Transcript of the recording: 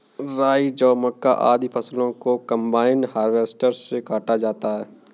राई, जौ, मक्का, आदि फसलों को कम्बाइन हार्वेसटर से काटा जाता है